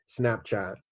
Snapchat